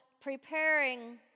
preparing